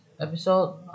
episode